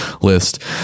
list